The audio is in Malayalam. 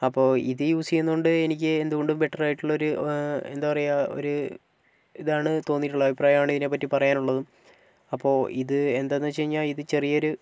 അപ്പോൾ ഇത് യൂസ് ചെയ്യുന്നതുകൊണ്ട് എനിക്ക് എന്തുകൊണ്ടും ബെറ്റർ ആയിട്ടുള്ളൊരു എന്താ പറയുക ഒരു ഇതാണ് തോന്നിയിട്ടുള്ളത് അഭിപ്രായമാണ് ഇതിനെപ്പറ്റി പറയാനുള്ളതും അപ്പോൾ ഇത് എന്തെന്നുവെച്ചുകഴിഞ്ഞാൽ ഇത് ചെറിയൊരു